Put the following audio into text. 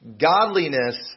Godliness